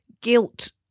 guilt